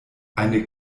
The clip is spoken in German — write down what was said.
eine